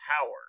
power